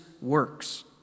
works